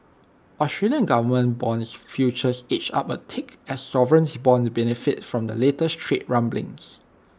Australian government Bond futures edged up A tick as sovereign bonds benefited from the latest trade rumblings